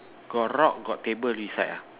got rock got table beside ah